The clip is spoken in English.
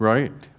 Right